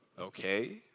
Okay